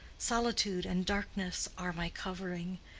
solitude and darkness are my covering,